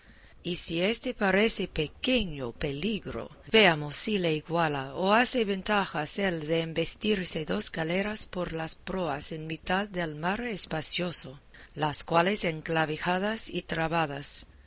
y si éste parece pequeño peligro veamos si le iguala o hace ventajas el de embestirse dos galeras por las proas en mitad del mar espacioso las cuales enclavijadas y trabadas